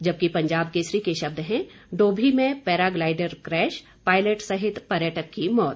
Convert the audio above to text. जबकि पंजाब केसरी के शब्द हैं डोभी में पैराग्लाइडर क्रैश पायलट सहित पर्यटक की मौत